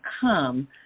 come